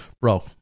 Bro